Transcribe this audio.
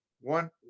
one